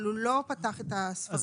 אבל הוא לא פתח את הספרים של הלשכות.